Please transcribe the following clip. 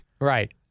right